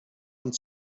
und